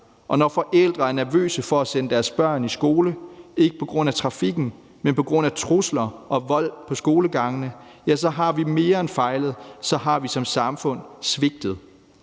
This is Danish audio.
og når forældre er nervøse for at sende deres børn i skole, ikke på grund af trafikken, men på grund af trusler og vold på skolegangene, så har vi mere end fejlet, og så har vi som samfund svigtet.